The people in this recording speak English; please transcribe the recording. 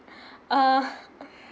uh